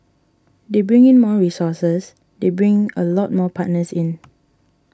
they bring in more resources they bring a lot more partners in